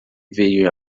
veio